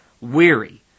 weary